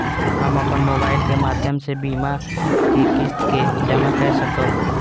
हम अपन मोबाइल के माध्यम से बीमा के किस्त के जमा कै सकब?